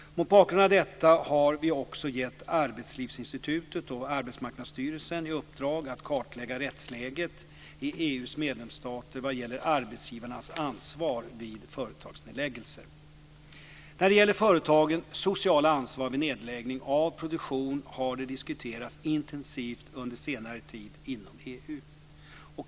Mot bakgrund av detta har vi också gett Arbetslivsinstitutet och Arbetsmarknadsstyrelsen i uppdrag att kartlägga rättsläget i EU:s medlemsstater vad gäller arbetsgivarnas ansvar vid företagsnedläggelser. Företagens sociala ansvar vid nedläggning av produktion har diskuterats intensivt under senare tid inom EU.